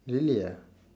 really ah